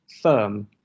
firm